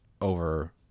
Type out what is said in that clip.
over